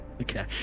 Okay